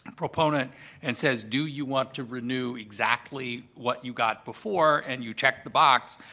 and proponent and says, do you want to renew exactly what you got before, and you check the box,